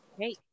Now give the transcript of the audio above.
Hey